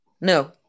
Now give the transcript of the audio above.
No